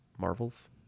Marvels